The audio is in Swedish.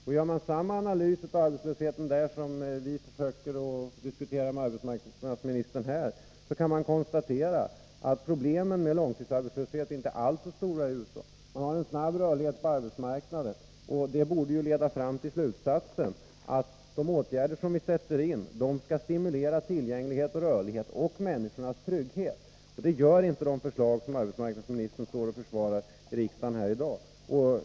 Om man gör samma analys av arbetslösheten där som den vi försökt diskutera med arbetsmarknadsministern här, kan man konstatera att problemen med långtidsarbetslöshet inte alls är så stora i USA. Man har en snabb rörlighet på arbetsmarknaden. Det borde leda fram till slutsatsen att de åtgärder som vi sätter in skall stimulera tillgänglighet och rörlighet och människornas trygghet. Det gör inte åtgärderna enligt det förslag som arbetsmarknadsministern försvarar här i riksdagen i dag.